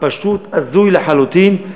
פשוט הזוי לחלוטין.